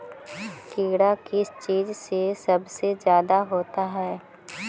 कीड़ा किस चीज से सबसे ज्यादा होता है?